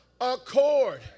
accord